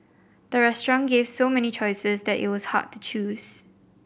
the restaurant gave so many choices that it was hard to choose